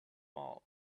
all